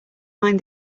mind